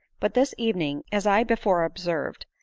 but this evening, as i before observed,